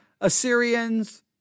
assyrians